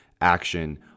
action